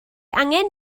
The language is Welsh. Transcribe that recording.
angen